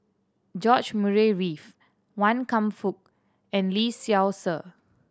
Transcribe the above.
George Murray Reith Wan Kam Fook and Lee Seow Ser